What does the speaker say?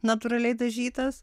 natūraliai dažytas